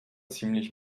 ziemlich